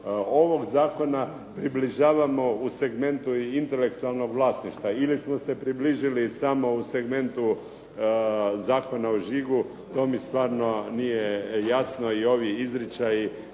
ovog zakona približavamo u segmentu intelektualnog vlasništva ili smo se približili samo u segmentu Zakona o žigu, to mi stvarno nije jasno i ovi izričaji